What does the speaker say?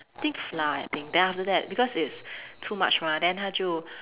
think flour I think then after that because it's too much mah then 他就